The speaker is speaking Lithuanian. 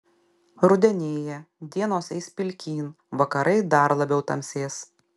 rudenėja dienos eis pilkyn vakarai dar labiau tamsės